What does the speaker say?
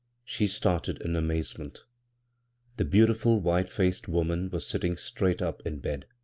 she started in amaze ment the beautiful white-faced woman was sit ting straight up in bed.